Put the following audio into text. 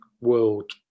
world